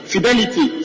Fidelity